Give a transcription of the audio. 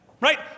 right